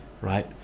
right